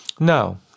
No